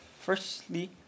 Firstly